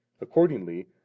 Accordingly